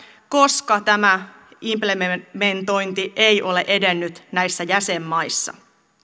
koska tämä implementointi ei ole edennyt näissä jäsenmaissa